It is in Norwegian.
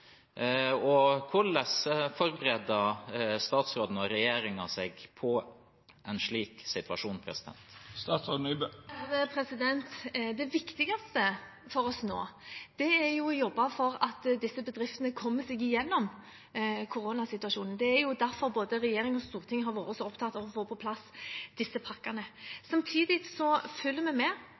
Hvordan forbereder statsråden og regjeringen seg på en slik situasjon? Det viktigste for oss nå er å jobbe for at disse bedriftene kommer seg gjennom koronasituasjonen. Det er derfor både regjering og storting har vært så opptatt av å få på plass disse pakkene. Samtidig følger vi med